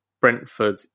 Brentford